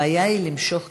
הבעיה היא למשוך כסף.